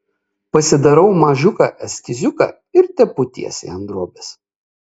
pasidarau mažiuką eskiziuką ir tepu tiesiai ant drobės